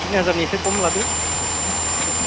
तिनि हाजारनि एसे खम लादो